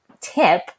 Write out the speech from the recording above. tip